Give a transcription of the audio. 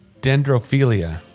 dendrophilia